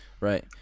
Right